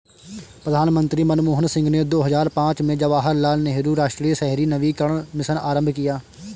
प्रधानमंत्री मनमोहन सिंह ने दो हजार पांच में जवाहरलाल नेहरू राष्ट्रीय शहरी नवीकरण मिशन आरंभ किया